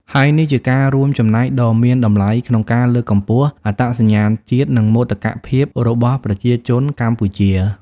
ហើយនេះជាការរួមចំណែកដ៏មានតម្លៃក្នុងការ លើកកម្ពស់អត្តសញ្ញាណជាតិ និងមោទកភាពរបស់ប្រជាជនកម្ពុជា។